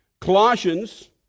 Colossians